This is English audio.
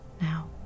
now